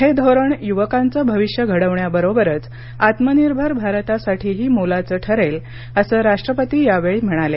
हे धोरण युवकांचं भविष्य घडवण्याबरोबरच आत्मनिर्भर भारतासाठीही मोलाचं ठरेल असं राष्ट्रपती यावेळी म्हणाले